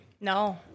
no